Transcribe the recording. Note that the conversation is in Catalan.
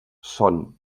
són